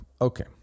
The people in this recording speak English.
Okay